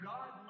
God